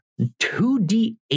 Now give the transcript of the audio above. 2d8